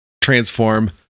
transform